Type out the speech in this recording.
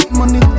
money